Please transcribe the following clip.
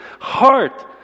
heart